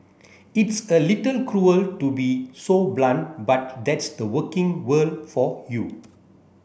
it's a little cruel to be so blunt but that's the working world for you